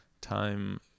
Time